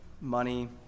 money